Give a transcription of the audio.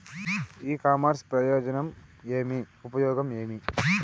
ఇ commerce ప్రయోజనం ఏమి? ఉపయోగం ఏమి?